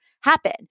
happen